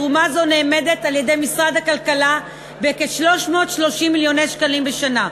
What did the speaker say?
תרומה זו נאמדת על-ידי משרד הכלכלה ב-330 מיליוני שקלים בשנה.